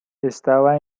estaba